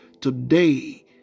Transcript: today